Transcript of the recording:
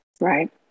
Right